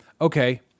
Okay